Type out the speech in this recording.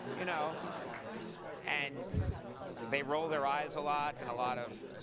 you know and they roll their eyes a lot, and a lot of,